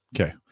Okay